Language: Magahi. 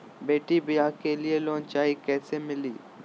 बेटी ब्याह के लिए लोन चाही, कैसे मिली?